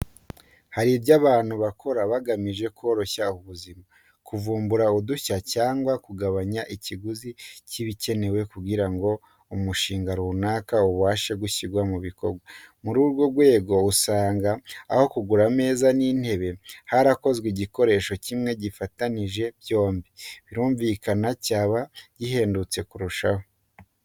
Hari ibyo abantu bakora bagamije koroshya ubuzima, kuvumbura udushya cyangwa kugabanya ikiguzi cy'ibikenewe kugira ngo umushinga runaka ubashe gushyirwa mu bikorwa, ni muri urwo rwego usanga aho kugura ameza n'intebe, harakozwe igikoresho kimwe gifatanyije byombi, birumvikana cyaba gihendutse kurushaho.